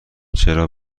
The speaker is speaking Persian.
چرا